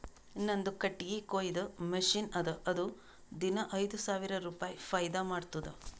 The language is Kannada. ನಂದು ಕಟ್ಟಗಿ ಕೊಯ್ಯದ್ ಮಷಿನ್ ಅದಾ ಅದು ದಿನಾ ಐಯ್ದ ಸಾವಿರ ರುಪಾಯಿ ಫೈದಾ ಮಾಡ್ತುದ್